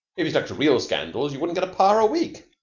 if you stuck to real scandals you wouldn't get a par. a week.